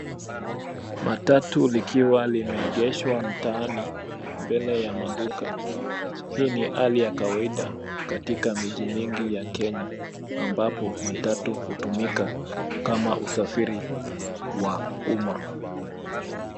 Matatu likiwa limeegeshwa mtaani mbele ya maduka, hii ni hali ya kawaida katika miji mingi ya Kenya, ambapo matatu hutumika kama usafiri wa umma.